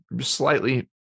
slightly